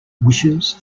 wishes